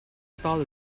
style